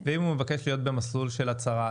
ואם הוא מבקש להיות במסלול של הצהרה,